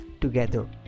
together